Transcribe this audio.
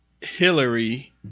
Hillary